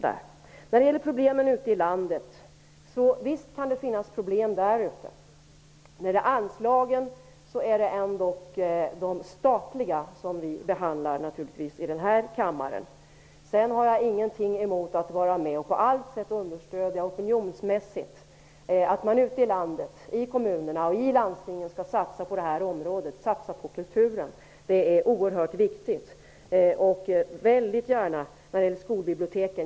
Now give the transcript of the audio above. Visst kan det finnas problem ute i landet, men när det gäller anslagen är det de statliga som vi behandlar i den här kammaren. Jag har i övrigt ingenting emot att vara med och på allt sätt opinionsmässigt understödja satsningar på det här området, på kulturen, ute i landet, i kommunerna och i landstingen. Det är oerhört viktigt.